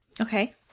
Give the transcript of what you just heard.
Okay